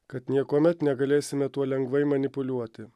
kad niekuomet negalėsime tuo lengvai manipuliuoti